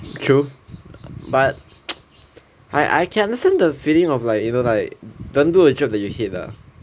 true but I I can understand the feeling of like you know like don't do a job that you hate lah